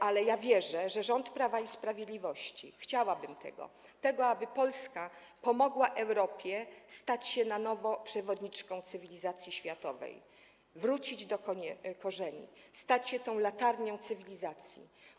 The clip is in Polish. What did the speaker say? Ale ja wierzę, że rząd Prawa i Sprawiedliwości - chciałabym tego - że Polska pomoże Europie stać się na nowo przewodniczką cywilizacji światowej, wrócić do korzeni, stać się tą latarnią cywilizacji.